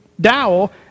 dowel